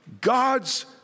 God's